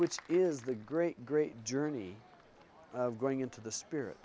which is the great great journey of going into the spirit